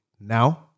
now